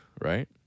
right